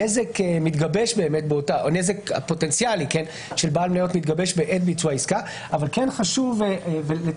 הנזק הפוטנציאלי של בעל מניות מתגבש בעת ביצוע העסקה אבל כן חשוב להדגיש